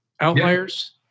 Outliers